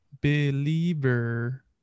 believer